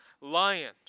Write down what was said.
lion